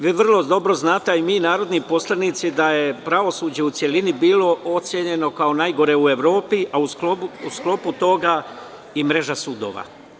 Vrlo dobro znate, a i mi narodni poslanici, da je pravosuđe u celini bilo ocenjeno kao najgore u Evropi, a u sklopu toga i mreža sudova.